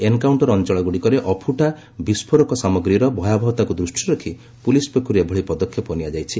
encounter ଅଞ୍ଚଳଗୁଡ଼ିକରେ ଅଫୁଟା ବିସ୍କୋରକ ସାମଗ୍ରୀର ଭୟାବହତାକୁ ଦୂଷିରେ ରଖି ପୁଲିସ୍ ପକ୍ଷରୁ ଏଭଳି ପଦକ୍ଷେପ ନିଆଯାଇଛି